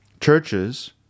Churches